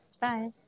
Bye